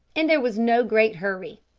and there was no great hurry.